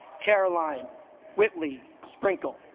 caroline whitley sprinkle